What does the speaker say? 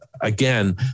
again